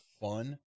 fun